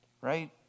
Right